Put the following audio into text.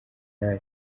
gen